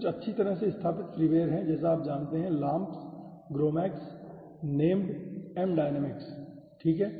कुछ अच्छी तरह से स्थापित फ्रीवेयर हैं जैसे आप जानते हैं LAMMPS GROMACS NAMD MDYNAMIX ठीक है